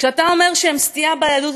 כשאתה אומר שהם סטייה ביהדות,